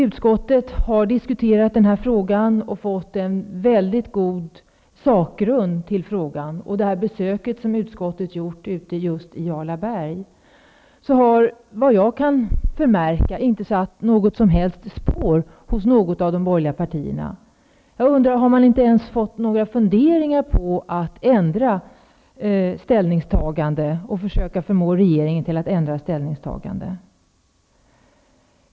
Utskottet har diskuterat denna fråga och fått en mycket god saklig bakgrund till den genom besöket i Jarlaberg, men såvitt jag har kunnat förmärka har detta inte satt något som helst spår hos något av de borgerliga partierna. Har man inte fått åtminstone några funderingar om att ändra sitt ställningstagande och att försöka få regeringen att ändra sin ståndpunkt?